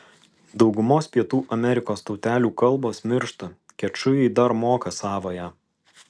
daugumos pietų amerikos tautelių kalbos miršta kečujai dar moka savąją